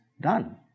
done